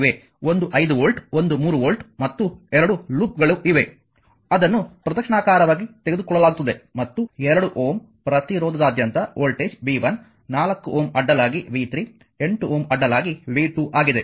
ಒಂದು 5 ವೋಲ್ಟ್ ಒಂದು 3 ವೋಲ್ಟ್ ಮತ್ತು 2 ಲೂಪ್ ಗಳು ಇವೆ ಅದನ್ನು ಪ್ರದಕ್ಷಿಣಾಕಾರವಾಗಿ ತೆಗೆದುಕೊಳ್ಳಲಾಗುತ್ತದೆ ಮತ್ತು 2 Ω ಪ್ರತಿರೋಧದಾದ್ಯಂತ ವೋಲ್ಟೇಜ್ v1 4 ಓಮ್ ಅಡ್ಡಲಾಗಿ v3 8 ಓಮ್ ಅಡ್ಡಲಾಗಿ v2ಆಗಿದೆ